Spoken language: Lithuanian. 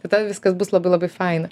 tada viskas bus labai labai faina